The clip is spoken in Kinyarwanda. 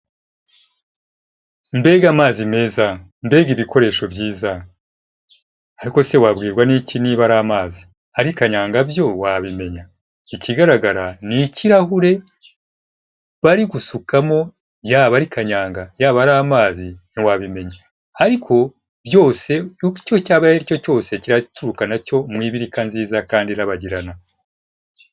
Mbega amazi meza! Mbega ibikoresho byiza! Ariko se wabwirwa n'iki niba ari amazi? Ariko kanyanga byo wabimenya. Ikigaragara ni ikirahure bari gusukamo, yaba ari kanyanga, yaba ari amazi ntiwabimenya ariko byose icyo cyaba ari cyo cyose kiraturuka na cyo mu ibirika nziza kandi irabagirana.